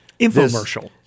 Infomercial